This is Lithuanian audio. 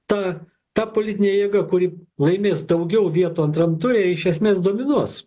ta ta politinė jėga kuri laimės daugiau vietų antram ture iš esmės dominuos